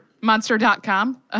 Monster.com